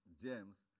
James